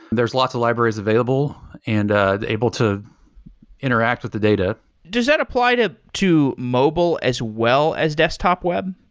there's lots of libraries available and able to interact with the data does that apply to to mobile, as well as desktop web?